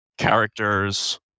characters